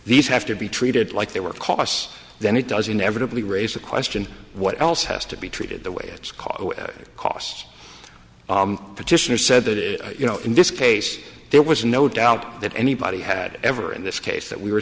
these have to be treated like they were costs then it doesn't evidently raise the question what else has to be treated the way it's called costs petitioner said that it you know in this case there was no doubt that anybody had ever in this case that we were